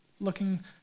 looking